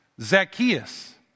Zacchaeus